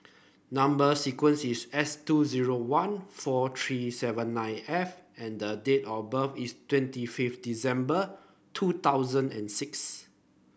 number sequence is S two zero one four three seven nine F and the date of birth is twenty fifth December two thousand and six